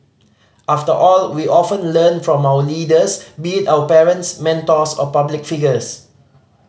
after all we often learn from our leaders be it our parents mentors or public figures